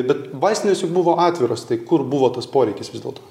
bet vaistinės juk buvo atviros tai kur buvo tas poreikis vis dėlto